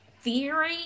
theory